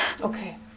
Okay